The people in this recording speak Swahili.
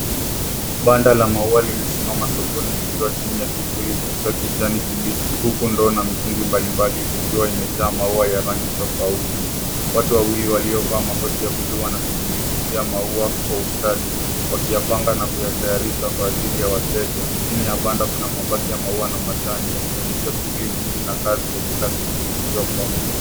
Banda la maua limesimama sokoni likiwa chini ya kivuli cha kijani kibichi huku tunaona mitungi mbalimbali ikiwa imejaa maua ya rangi tofauti. Watu wawili waliovaa koti ya buluu wanashugulikia maua kwa ustadi wakiyapanga na kuyatayarisha kwa ajili ya wateja. Chini ya banda kuna mabati ya maua na majani yakionyesha shuguli nyingi na kazi ya kila siku usiokoma.